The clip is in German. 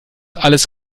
alles